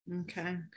Okay